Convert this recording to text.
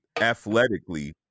athletically